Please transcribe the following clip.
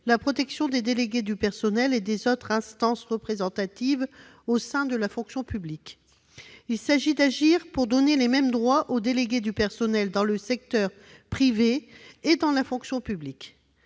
la protection des délégués du personnel et des autres instances représentatives au sein de la fonction publique. L'objectif est de donner les mêmes droits aux délégués du personnel dans le secteur privé et dans la fonction publique.